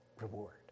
reward